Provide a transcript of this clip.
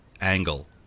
angle